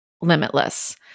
limitless